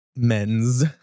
Men's